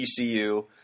TCU